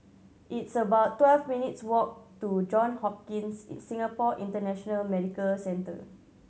it's about twelve minutes' walk to John Hopkins Singapore International Medical Centre